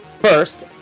First